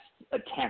attempt